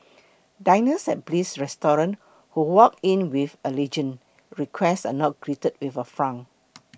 diners at Bliss Restaurant who walk in with allergen requests are not greeted with a frown